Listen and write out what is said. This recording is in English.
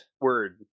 word